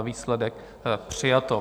Výsledek přijato.